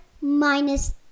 minus